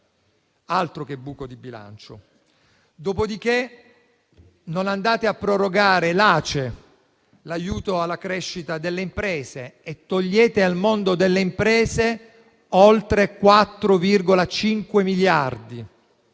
(altro che buco di bilancio). Dopodiché non andate a prorogare l’ACE, l’aiuto alla crescita delle imprese, e sottraete al mondo delle imprese oltre 4,5 miliardi.